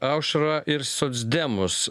aušrą ir socdemus